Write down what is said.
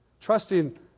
Trusting